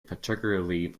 particularly